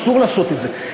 אסור לעשות את זה.